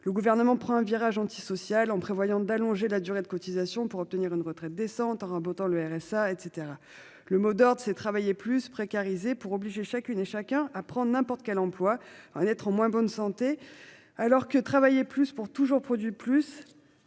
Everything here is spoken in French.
le gouvernement prend un virage antisocial en prévoyant d'allonger la durée de cotisation pour obtenir une retraite décente arabe autant le RSA et cetera. Le mot d'ordre c'est travailler plus précarisées pour obliger chacune et chacun à prendre n'importe quel emploi en être en moins bonne santé. Alors que travailler plus pour toujours produit plus.